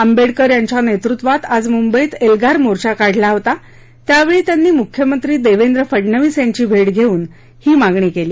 आंबेडकर यांच्या नेतृत्वात आज मुंबईत एल्गार मोर्चा काढला होता त्यावेळी त्यांनी मूख्यमंत्री देवेंद्र फडनवीस यांची भेट घेऊन ही मागणी केली